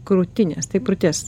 krūtinės tai krūties